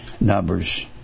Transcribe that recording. Numbers